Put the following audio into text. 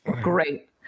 Great